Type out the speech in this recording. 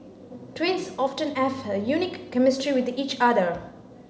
twins often have a unique chemistry with each other